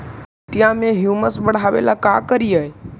मिट्टियां में ह्यूमस बढ़ाबेला का करिए?